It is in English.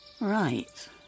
Right